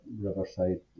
riverside